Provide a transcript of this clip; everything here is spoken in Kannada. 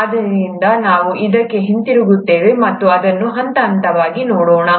ಆದ್ದರಿಂದ ನಾವು ಇದಕ್ಕೆ ಹಿಂತಿರುಗುತ್ತೇವೆ ಮತ್ತು ಅದನ್ನು ಹಂತ ಹಂತವಾಗಿ ನೋಡೋಣ